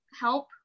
help